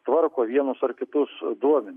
tvarko vienus ar kitus duomenis